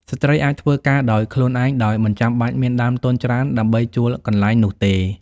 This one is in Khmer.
ស្ត្រីអាចធ្វើការដោយខ្លួនឯង ដោយមិនចាំបាច់មានដើមទុនច្រើនដើម្បីជួលកន្លែងនោះទេ។